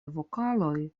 vokaloj